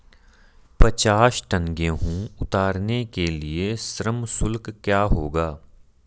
पचास टन गेहूँ उतारने के लिए श्रम शुल्क क्या होगा?